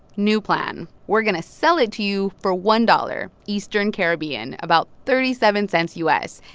new plan we're going to sell it to you for one dollars eastern caribbean about thirty seven cents u s.